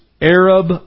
Arab